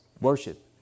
worship